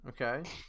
Okay